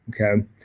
Okay